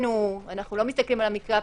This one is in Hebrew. אנחנו לא מסתכלים על המקרה הפרטני.